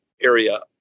area